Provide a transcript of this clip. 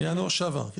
מינואר שעבר.